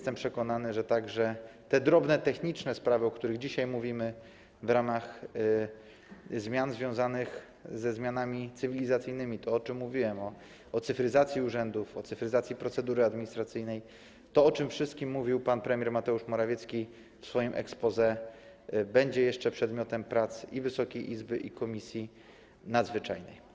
Te drobne, techniczne sprawy, o których dzisiaj mówimy, w ramach zmian związanych ze zmianami cywilizacyjnymi, to, o czym mówiłem, o cyfryzacji urzędów, o cyfryzacji procedury administracyjnej, to wszystko, o czym mówił pan premier Mateusz Morawiecki w swoim exposé, będzie jeszcze przedmiotem prac i Wysokiej Izby, i Komisji Nadzwyczajnej.